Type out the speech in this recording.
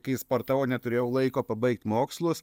kai sportavau neturėjau laiko pabaigt mokslus